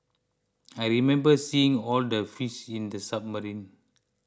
I remember seeing all the fish in the submarine